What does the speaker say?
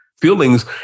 feelings